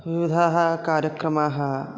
विविधाः कार्यक्रमाः